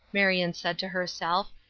marion said to herself,